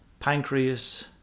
pancreas